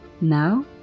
Now